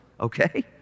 Okay